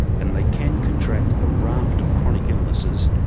and they can contract a raft of chronic illnesses,